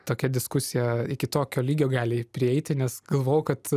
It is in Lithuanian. tokia diskusija iki tokio lygio gali prieiti nes galvojau kad